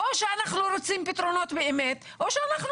או שאנחנו רוצים פתרונות באמת או שאנחנו